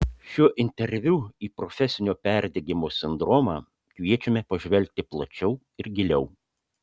šiuo interviu į profesinio perdegimo sindromą kviečiame pažvelgti plačiau ir giliau